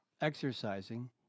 exercising